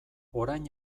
orain